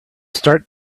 start